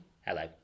hello